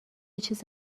چیز